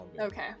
Okay